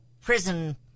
prison